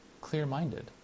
clear-minded